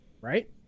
Right